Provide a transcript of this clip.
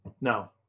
No